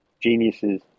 geniuses